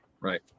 Right